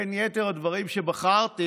בין יתר הדברים בחרתי